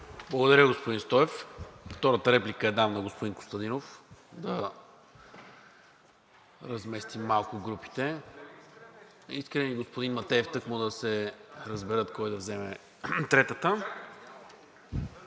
Благодаря, господин Стоев. Втората реплика я давам на господин Костадинов – да разместим малко групите, Искрен Митев и господин Матеев тъкмо да се разберат кой да вземе третата.